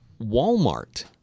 Walmart-